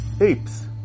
apes